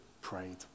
prayed